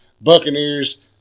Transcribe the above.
Buccaneers